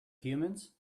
humans